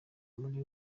muri